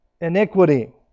iniquity